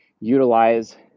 utilize